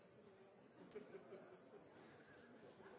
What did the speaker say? som